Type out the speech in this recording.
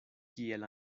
kiel